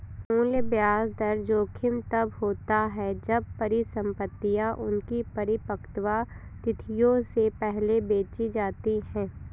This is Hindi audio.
मूल्य ब्याज दर जोखिम तब होता है जब परिसंपतियाँ उनकी परिपक्वता तिथियों से पहले बेची जाती है